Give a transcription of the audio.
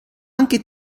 anche